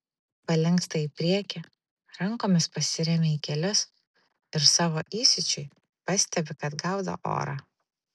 palinksta į priekį rankomis pasiremia į kelius ir savo įsiūčiui pastebi kad gaudo orą